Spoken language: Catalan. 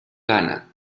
ghana